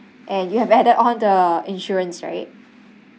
and you have added on the insurance right